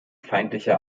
feindliche